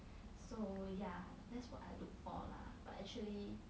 so yeah that's what I look for lah but actually